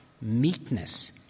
meekness